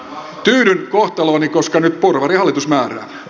tyydyn kohtalooni koska nyt porvarihallitus määrää